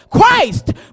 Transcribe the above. Christ